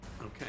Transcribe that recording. Okay